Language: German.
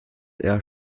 eher